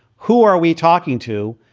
who are we talking to?